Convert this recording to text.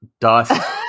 dust